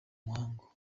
muhango